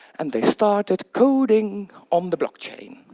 and they started coding on the blockchain.